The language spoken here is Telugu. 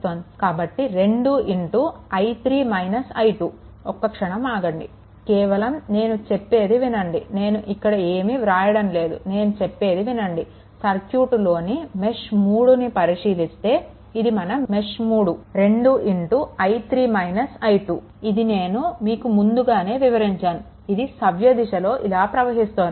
కాబట్టి 2 i3 - i2ఒక్క క్షణం ఆగండి కేవలం నేను చెప్పేది వినండి నేను ఇక్కడ ఏమి వ్రాయడం లేదు నేను చెప్పేది వినండిసర్క్యూట్ లోని మెష్3ను పరిశీలిస్తే ఇది మన మెష్3 2 i3 - i2 ఇది నేను మీకు ముందుగానే వివరించాను ఇది సవ్యదిశలో ఇలా ప్రవహిస్తోంది